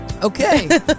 Okay